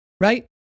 right